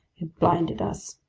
it blinded us.